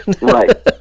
right